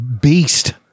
beast